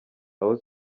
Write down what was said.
aho